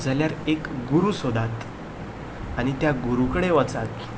एक गुरू सोदात आनी त्या गुरू कडेन वचात